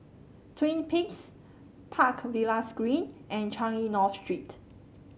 Twin Peaks Park Villas Green and Changi North Street